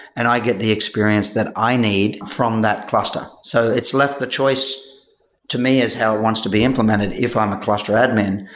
and i get the experience that i need from that cluster. so it's left the choice to me as how it wants to be implemented if i'm a cluster admin.